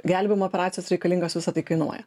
gelbėjimo operacijos reikalingos visa tai kainuoja